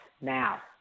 now